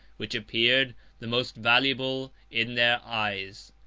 which appeared the most valuable in their eyes.